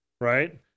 right